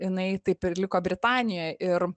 jinai taip ir liko britanijoj ir